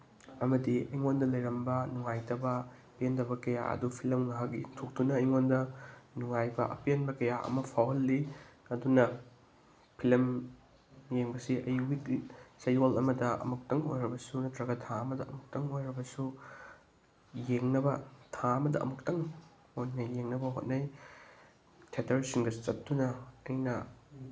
ꯑꯃꯗꯤ ꯑꯩꯉꯣꯟꯗ ꯂꯩꯔꯝꯕ ꯅꯨꯡꯉꯥꯏꯇꯕ ꯄꯦꯟꯗꯕ ꯀꯌꯥ ꯑꯗꯨ ꯐꯤꯂꯝ ꯉꯥꯏꯍꯥꯛ ꯌꯦꯡꯊꯣꯛꯇꯨꯅ ꯑꯩꯉꯣꯟꯗ ꯅꯨꯡꯉꯥꯏꯕ ꯑꯄꯦꯟꯕ ꯀꯌꯥ ꯑꯃ ꯐꯥꯎꯍꯜꯂꯤ ꯑꯗꯨꯅ ꯐꯤꯂꯝ ꯌꯦꯡꯕꯁꯤ ꯑꯩ ꯆꯌꯣꯜ ꯑꯃꯗ ꯑꯃꯨꯛꯇꯪ ꯑꯣꯏꯔꯕꯁꯨ ꯅꯠꯇ꯭ꯔꯒ ꯊꯥ ꯑꯃꯗ ꯑꯃꯨꯛꯇꯪ ꯑꯣꯏꯔꯕꯁꯨ ꯌꯦꯡꯅꯕ ꯊꯥ ꯑꯃꯗ ꯑꯃꯨꯛꯇꯪ ꯑꯣꯏꯅ ꯌꯦꯡꯅꯕ ꯍꯣꯠꯅꯩ ꯊꯦꯇꯔꯁꯤꯡꯗ ꯆꯠꯇꯨꯅ ꯑꯩꯅ